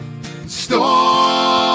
Storm